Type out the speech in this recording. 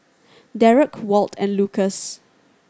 Dereck Walt and Lukas